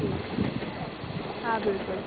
ठीकु ठीकु हा बिल्कुलु